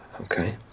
Okay